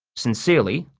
sincerely,